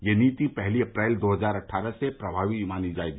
यह नीति पहली अप्रैल दो हज़ार अट्ठारह से प्रभावी मानी जायेगी